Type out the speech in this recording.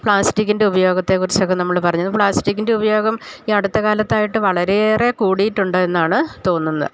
പ്ലാസ്റ്റിക്കിൻ്റെ ഉപയോഗത്തെക്കുറിച്ചൊക്കെ നമ്മള് പറഞ്ഞത് പ്ലാസ്റ്റിക്കിൻ്റെ ഉപയോഗം ഈ അടുത്ത കാലത്തായിട്ട് വളരെയെറെ കൂടിയിട്ടുണ്ട് എന്നാണ് തോന്നുന്നത്